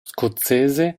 scozzese